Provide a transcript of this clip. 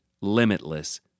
limitless